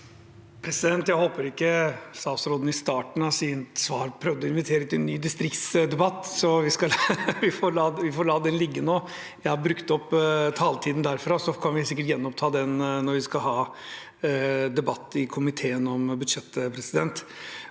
Jeg håper ikke statsråden i starten av sitt svar prøvde å invitere til en ny distriktsdebatt. Vi får la det ligge nå – jeg har brukt opp taletiden derfra, og så kan vi sikkert gjenoppta den når vi skal ha debatt i komiteen om budsjettet.